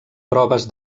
proves